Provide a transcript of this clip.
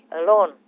alone